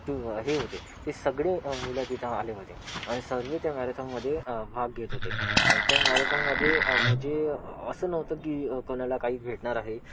स्टू हे होते ते सगळे मुलं तिथं आले होते आणि सर्व त्या मॅरेथॉनमध्ये भाग घेत होते आणि त्या मॅरेथॉनमधी मजे असं नव्हतं की कोणाला काही भेटणार आहे